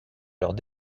leurs